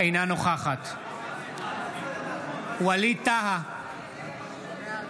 אינה נוכחת ווליד טאהא,